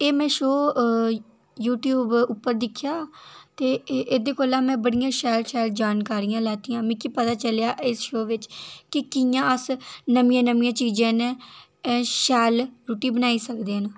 एह् में शोऽ यूट्यूब उप्पर दिक्खेआ ते ए एह्दे कोला में बड़ियां शैल शैल जानकारियां लैतियां मिगी पता चलेआ इस शोऽ बिच कि कि'यां अस नमियें नमियें चीजें नै शैल रुट्टी बनाई सकदे न